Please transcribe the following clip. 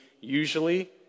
usually